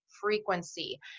frequency